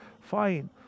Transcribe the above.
fine